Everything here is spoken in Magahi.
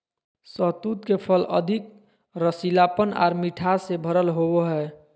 शहतूत के फल अधिक रसीलापन आर मिठास से भरल होवो हय